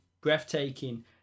breathtaking